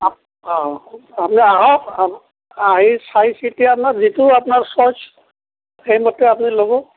আপুনি আহক আহি চাই চিতি আহি আপোনাৰ যিটো আপোনাৰ চইচ সেইমতে আপুনি ল'ব